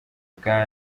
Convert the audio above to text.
bwa